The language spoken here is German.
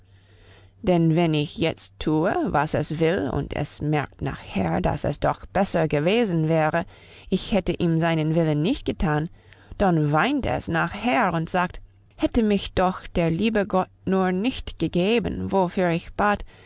denn wenn ich jetzt tue was es will und es merkt nachher dass es doch besser gewesen wäre ich hätte ihm seinen willen nicht getan dann weint es nachher und sagt hätte mir doch der liebe gott nur nicht gegeben wofür ich bat